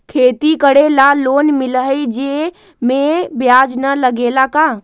खेती करे ला लोन मिलहई जे में ब्याज न लगेला का?